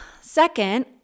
Second